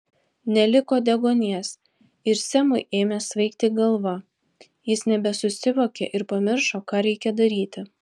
neliko deguonies ir semui ėmė svaigti galva jis nebesusivokė ir pamiršo ką reikia daryti